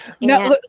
Now